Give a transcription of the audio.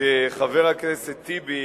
שחבר הכנסת טיבי